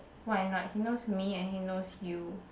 why not he knows me and he knows you